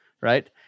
Right